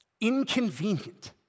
inconvenient